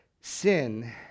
Sin